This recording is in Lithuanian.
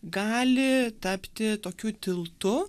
gali tapti tokiu tiltu